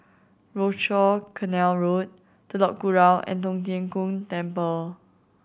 Rochor Canal Road Telok Kurau and Tong Tien Kung Temple